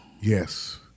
Yes